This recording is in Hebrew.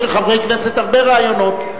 יש לחברי כנסת הרבה רעיונות.